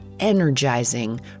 energizing